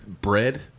bread